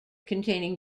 containing